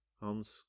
Hans